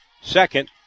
second